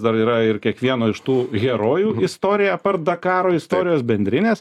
dar yra ir kiekvieno iš tų herojų istoriją apart dakaro istorijos bendrinės